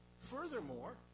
Furthermore